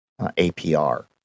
APR